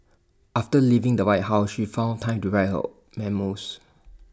after leaving the white house she found time to write her memoirs